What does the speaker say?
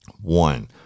One